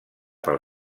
pel